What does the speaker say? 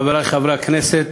חברי חברי הכנסת,